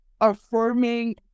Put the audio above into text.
affirming